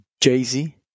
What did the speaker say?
Jay-Z